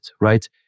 right